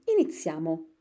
Iniziamo